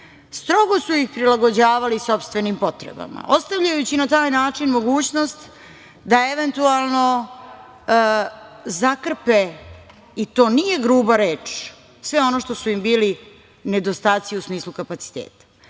strogo su ih prilagođavali sopstvenim potrebama ostavljajući na taj način mogućnost da eventualno zakrpe i to nije gruba reč, sve ono što su im bili nedostaci u smislu kapaciteta. Ova